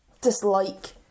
dislike